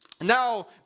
Now